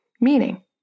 meaning